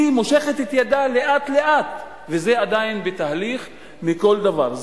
היא מושכת את ידה לאט-לאט וזה עדיין בתהליך בכל דבר,